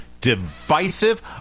divisive